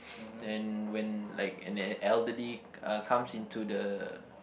and when like an elderly uh comes into the